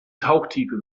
tauchtiefe